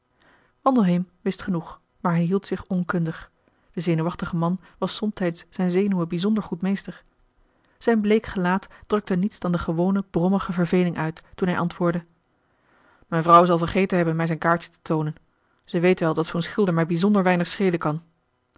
wandelheem wist genoeg maar hij hield zich onkundig de zenuwachtige man was somtijds zijn zenuwen bijzonder goed meester zijn bleek gelaat drukte niets dan de gewone brommige verveling uit toen hij antwoordde mijn vrouw zal vergeten hebben mij zijn kaartje te toonen zij weet wel dat zoo'n schilder mij bijzonder weinig schelen kan